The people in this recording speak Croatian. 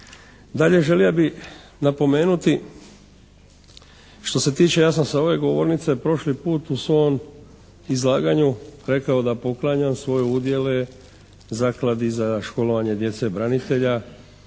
Dalje želio bih napomenuti što se tiče ja sam sa ove govornice prošli put u svom izlaganju rekao da poklanjam svoje udjele Zakladi za školovanje djece branitelja